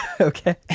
Okay